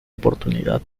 oportunidad